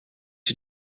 you